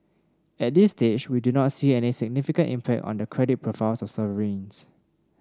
at this stage we do not see any significant impact on the credit profiles of sovereigns